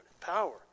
Power